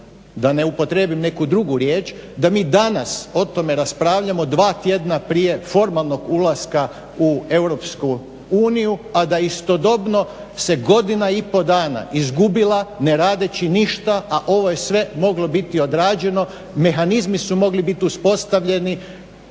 da ne upotrijebim neku drugu riječ da mi danas o tome raspravljamo dva tjedna prije formalnog ulaska u EU, a da istodobno se godina i po dana izgubila ne radeći ništa, a ovo je sve moglo biti odrađeno. Mehanizmi su mogli bit uspostavljeni